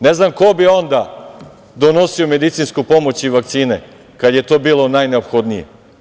Ne znam ko bi onda donosio medicinsku pomoći vakcine kad je to bilo najneophodnije?